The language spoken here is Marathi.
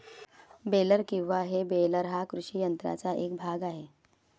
बेलर किंवा हे बेलर हा कृषी यंत्राचा एक भाग आहे